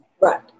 right